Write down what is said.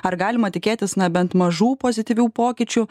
ar galima tikėtis na bent mažų pozityvių pokyčių